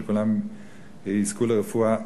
שכולם יזכו לרפואה,